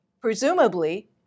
presumably